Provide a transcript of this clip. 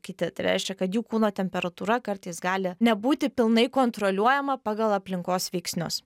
kiti tai reiškia kad jų kūno temperatūra kartais gali nebūti pilnai kontroliuojama pagal aplinkos veiksnius